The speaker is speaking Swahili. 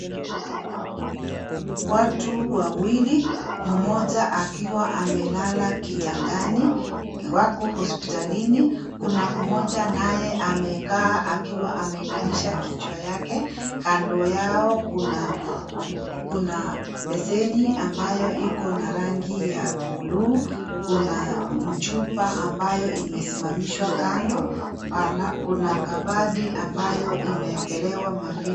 Watu wawili, mmoja akiwa amelala kitandani, wako hospitalini, kuna mmoja naye amekaa akiwa ameinamisha kichwa yake. Kando yao kuna beseni ambayo iko na rangi ya buluu. Kuna chupa ambayo umesimamishwa kando, kuna kabati ambayo imeekelewa mavitu.